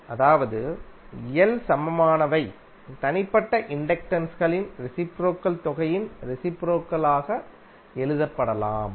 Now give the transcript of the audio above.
அதாவது L சமமானவை தனிப்பட்ட இண்டக்டன்ஸ் களின் ரெசிப்ரோகல் தொகையின் ரெசிப்ரோகல் ஆக எழுதப்படலாம் சரி